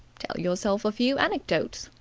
tell yourself a few anecdotes.